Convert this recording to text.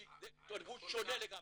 כי זה תרבות שונה לגמרי.